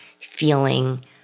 feeling